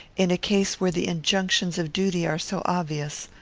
in a case where the injunctions of duty are so obvious.